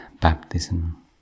baptism